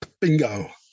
bingo